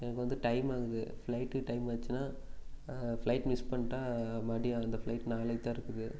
எனக்கு வந்து டைம் ஆகுது ஃப்ளைட்டுக்கு டைம் ஆச்சுன்னா ஃப்ளைட் மிஸ் பண்ணிவிட்டா மறுபடி அந்த ஃப்ளைட் நாளைக்கு தான் இருக்குது